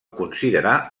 considerar